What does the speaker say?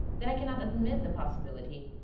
that i cannot admit the possibility.